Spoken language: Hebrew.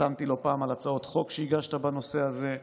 חתמתי לא פעם על הצעות חוק שהגשת בנושא הזה,